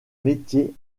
métier